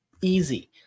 easy